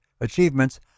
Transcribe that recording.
achievements